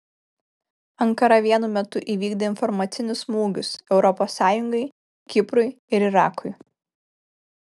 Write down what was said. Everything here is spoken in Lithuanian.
ankara vienu metu įvykdė informacinius smūgius europos sąjungai kiprui ir irakui